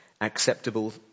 acceptable